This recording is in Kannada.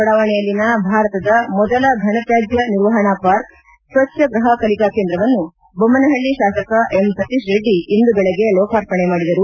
ಬಡಾವಣೆಯಲ್ಲಿನ ಭಾರತದ ಮೊದಲ ಫನ ತ್ಯಾಜ್ಯ ನಿರ್ವಹಣಾ ಪಾರ್ಕ್ ಸ್ವಚ್ದ ಗ್ರಹ ಕಲಿಕಾ ಕೇಂದ್ರವನ್ನು ದೊಮ್ಮನಹಳ್ಳಿ ಶಾಸಕ ಎಮ್ ಸತೀಶ್ ರೆಡ್ಡಿ ಇಂದು ಬೆಳಗ್ಗೆ ಲೋಕಾರ್ಪಣೆ ಮಾಡಿದರು